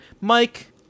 Mike